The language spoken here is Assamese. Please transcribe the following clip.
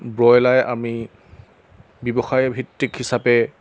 ব্ৰইলাৰ আমি ব্যৱসায় ভিত্তিক হিচাপে